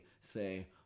say